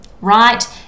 right